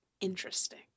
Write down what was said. Interesting